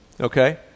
okay